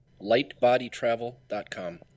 Lightbodytravel.com